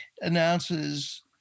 announces